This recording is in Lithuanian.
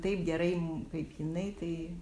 taip gerai kaip jinai m tai